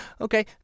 Okay